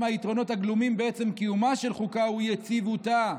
מהיתרונות הגלומים בעצם קיומה של חוקה הוא יציבותה.